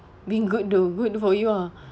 being good though good for you ah